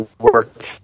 work